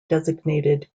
designated